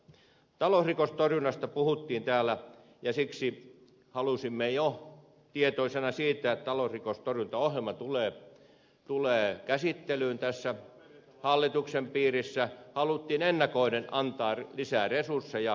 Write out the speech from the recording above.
talousrikostorjunnasta puhuttiin täällä ja siksi halusimme jo tietoisina siitä että talousrikostorjuntaohjelma tulee käsittelyyn hallituksen piirissä ennakoiden antaa lisää resursseja